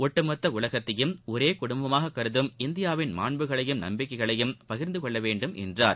ஒட்டுமொத்தஉலகத்தையும் ஒரேகுடும்பமாககருதும் இந்தியாவின் மாண்புகளையும் நப்பிக்கைகளையும் பகிர்ந்துகொள்ளவேண்டும் என்றார்